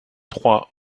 trois